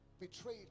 betrayed